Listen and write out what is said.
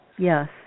Yes